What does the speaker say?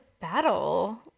battle